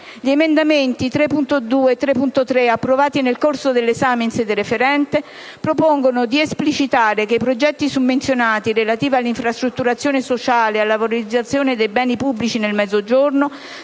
Gli emendamenti 3.2 e 3.3, approvati nel corso dell'esame in sede referente, propongono di esplicitare che i progetti summenzionati, relativi all'infrastrutturazione sociale e alla valorizzazione dei beni pubblici nel Mezzogiorno,